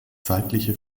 zeitliche